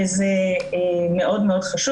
וזה מאוד מאוד חשוב.